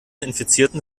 infizierten